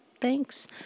Thanks